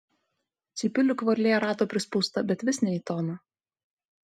cypiu lyg varlė rato prispausta bet vis į ne toną